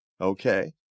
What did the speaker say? okay